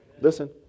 Listen